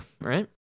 right